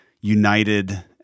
united